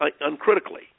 uncritically